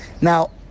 Now